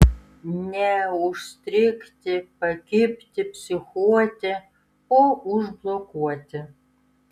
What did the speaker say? ne užstrigti pakibti psichuoti o užblokuoti